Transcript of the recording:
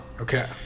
Okay